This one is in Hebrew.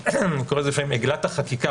אני קורא לזה לפעמים עגלת החקיקה